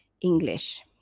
English